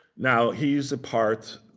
now he's a part,